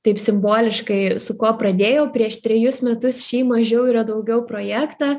taip simboliškai su kuo pradėjau prieš trejus metus šį mažiau yra daugiau projektą